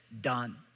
done